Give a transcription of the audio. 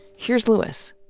here's lewis.